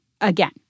Again